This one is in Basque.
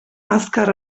azkar